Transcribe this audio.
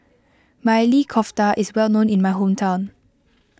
Maili Kofta is well known in my hometown